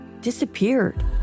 disappeared